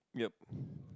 yup